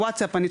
ארבע,